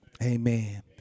Amen